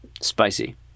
spicy